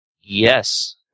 Yes